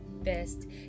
best